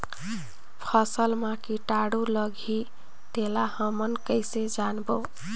फसल मा कीटाणु लगही तेला हमन कइसे जानबो?